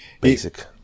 basic